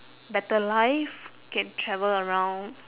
better life can travel around